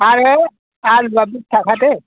आरो आलुआ बिस थाखा दै